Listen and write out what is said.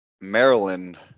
Maryland